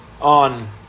on